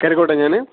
കയറിക്കോട്ടേ ഞാൻ